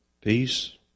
peace